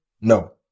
no